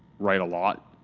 write a lot,